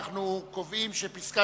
אני קובע שההסתייגות לסעיף 1 פסקה